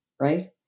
right